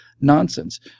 nonsense